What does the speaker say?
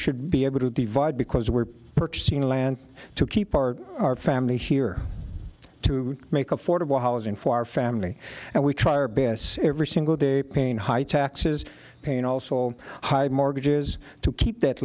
should be able to divide because we're purchasing land to keep our family here to make affordable housing for our family and we try our best every single day pain high taxes pain also mortgages to keep that